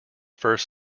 first